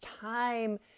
time